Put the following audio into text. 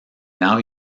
now